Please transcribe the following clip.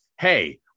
Hey